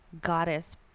goddess